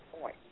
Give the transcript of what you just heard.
point